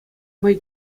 май